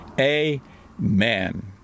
Amen